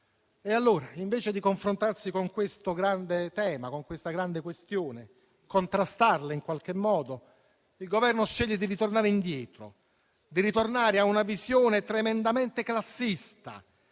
però, di confrontarsi con questo grande tema, con questa grande questione, di contrastarla in qualche modo, il Governo sceglie di ritornare indietro, di ritornare a una visione tremendamente classista,